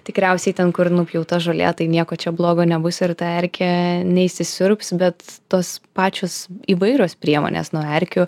tikriausiai ten kur nupjauta žolė tai nieko čia blogo nebus ir ta erkė neįsisiurbs bet tos pačios įvairios priemonės nuo erkių